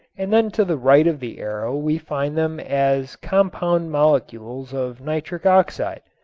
and then to the right of the arrow we find them as compound molecules of nitric oxide.